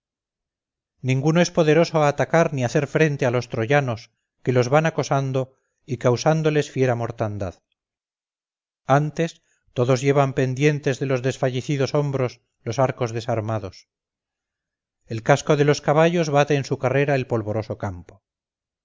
ninguno es poderoso a atacar ni a hacer frente a los troyanos que los van acosando y causándoles fiera mortandad antes todos llevan pendientes de los desfallecidos hombros los arcos desarmados el casco de los caballos bate en su carrera el polvoroso campo